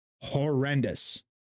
horrendous